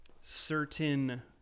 certain